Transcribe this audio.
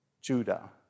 Judah